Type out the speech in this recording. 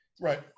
Right